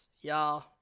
y'all